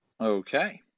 Okay